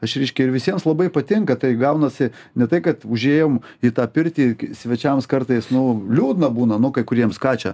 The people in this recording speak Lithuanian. aš reiškia ir visiems labai patinka tai gaunasi ne tai kad užėjom į tą pirtį svečiams kartais nu liūdna būna nu kuriems ką čia